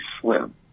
slim